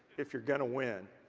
if you're gonna win,